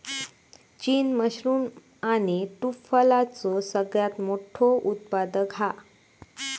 चीन मशरूम आणि टुफलाचो सगळ्यात मोठो उत्पादक हा